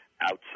Outside